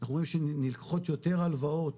אנחנו רואים שבזנב נלקחות יותר הלוואות